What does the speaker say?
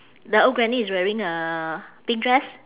the old granny is wearing a pink dress